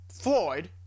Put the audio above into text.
Floyd